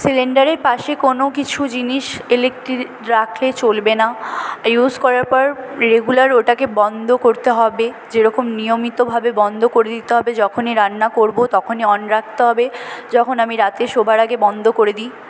সিলিন্ডারের পাশে কোন কিছু জিনিস ইলেকট্রিক রাখলে চলবে না ইউজ করার পর রেগুলার ওটাকে বন্ধ করতে হবে যেরকম নিয়মিতভাবে বন্ধ করে দিতে হবে যখনই রান্না করবো তখনই অন রাখতে হবে যখন আমি রাতে শোবার আগে বন্ধ করে দি